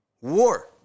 war